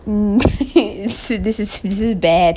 mm so this is this is bad